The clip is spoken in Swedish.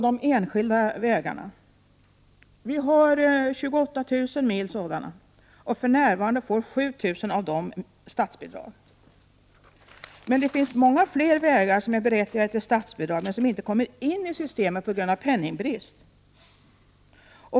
Det finns 28 000 mil enskilda vägar, och för närvarande får 7 000 mil av dessa vägar statsbidrag. Men det finns många fler vägar som är berättigade till statsbidrag, men som inte kommer in i systemet på grund av penningbrist.